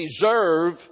deserve